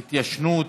(התיישנות),